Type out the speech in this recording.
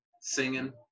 singing